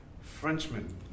Frenchman